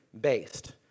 based